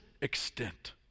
extent